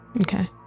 Okay